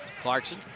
Clarkson